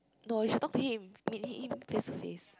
no you should talk to him meet him face to face